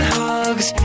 hugs